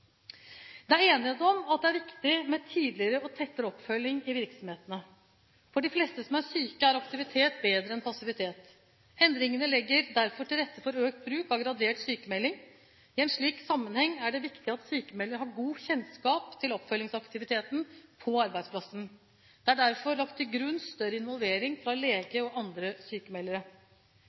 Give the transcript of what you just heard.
Det er enighet om at det er viktig med tidligere og tettere oppfølging i virksomhetene. For de fleste som er syke, er aktivitet bedre enn passivitet. Endringene legger derfor til rette for økt bruk av gradert sykmelding. I en slik sammenheng er det viktig at sykmelder har god kjennskap til oppfølgingsaktivitetene på arbeidsplassen. Det er derfor lagt til grunn større involvering fra lege og andre sykmeldere.